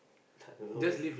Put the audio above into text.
I don't know leh